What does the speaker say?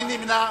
מי נמנע?